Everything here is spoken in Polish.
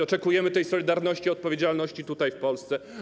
Oczekujemy tej solidarności i odpowiedzialności tutaj, w Polsce.